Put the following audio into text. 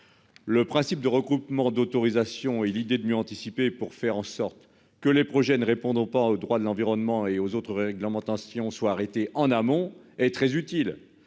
Le principe de regroupement d'autorisation et l'idée de mieux anticiper pour faire en sorte que les projets ne répondant pas aux droit de l'environnement et aux autres réglementations soit arrêté en amont et très utile.